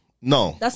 No